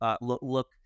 look